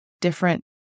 Different